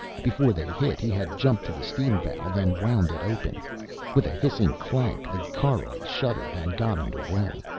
before they hit he had jumped to the steam valve and wound it open with a hissing clank the caroj shuddered and got underway.